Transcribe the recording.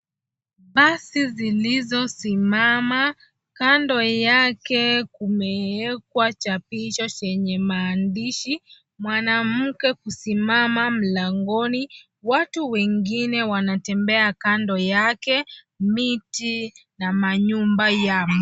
Basi zilizosimama. Kando yake kumeekwa chapisho chenye maandishi. Mwanamke kusimama mlangoni. Watu wengine wanatembea kando yake. Miti na manyumba yamo.